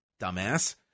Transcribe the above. dumbass